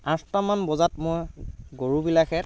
আঠটামান বজাত মই গৰুবিলাকহেঁত